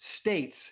states